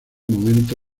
momento